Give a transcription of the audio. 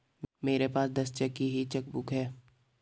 मेरे पास दस चेक की ही चेकबुक है